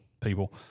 people